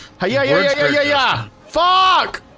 oh yeah, yeah yeah yeah yeah fuck